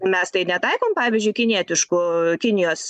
mes tai netaikom pavyzdžiui kinietiškų kinijos